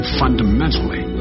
fundamentally